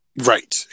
Right